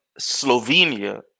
Slovenia